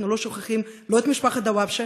אנחנו לא שוכחים את משפחת דוואבשה,